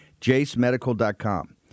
JaceMedical.com